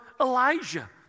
Elijah